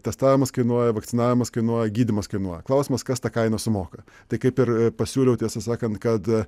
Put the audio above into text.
testavimas kainuoja vakcinavimas kainuoja gydymas kainuoja klausimas kas tą kainą sumoka tai kaip ir pasiūliau tiesą sakant kad